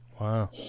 Wow